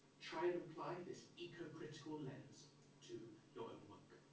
try and apply this ecocritical lens to your own work.